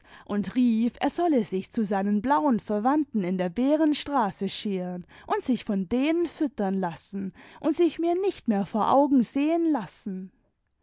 und rief er solle sich zu seinen blauen verwandten in der behrenstraße scheren und sich von denen füttern lassen und sich mir nicht mehr vor augen sehen lassen